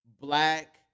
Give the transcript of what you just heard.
black